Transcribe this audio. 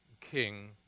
king